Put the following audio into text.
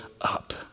up